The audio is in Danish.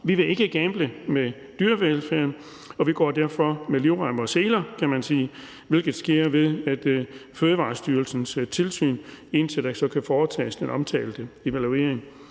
Vi vil ikke gamble med dyrevelfærden, og vi går derfor med livrem og seler, kan man sige, hvilket sker ved Fødevarestyrelsens tilsyn, indtil der kan foretages den omtalte evaluering.